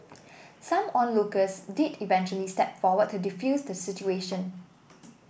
some onlookers did eventually step forward to defuse the situation